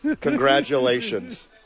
congratulations